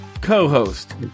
co-host